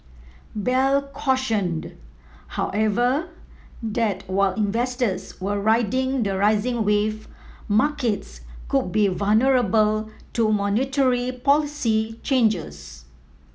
bell cautioned however that while investors were riding the rising wave markets could be vulnerable to monetary policy changes